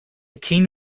keen